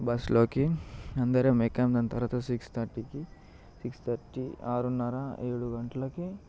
బస్సులోకి అందరం ఎక్కాము దాని తరువాత సిక్స్ థర్టీకి సిక్స్ థర్టీ ఆరున్నర ఏడు గంటలకి